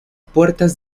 puertas